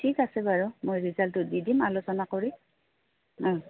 ঠিক আছে বাৰু মই ৰিজাল্টটো দি দিম আলোচনা কৰি